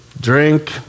drink